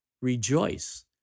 Rejoice